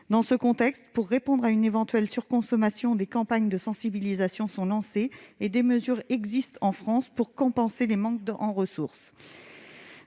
Dans ce contexte, pour répondre à une éventuelle surconsommation, des campagnes de sensibilisation sont lancées et des mesures existent en France pour compenser le manque de ressources.